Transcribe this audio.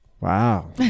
Wow